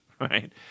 right